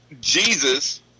Jesus